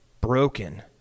broken